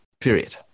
period